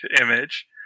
image